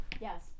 Yes